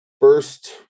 first